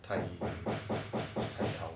太吵